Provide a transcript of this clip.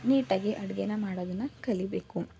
ನೀಟಾಗಿ ಅಡುಗೆನ ಮಾಡೋದನ್ನು ಕಲಿಬೇಕು